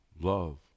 love